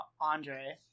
Andre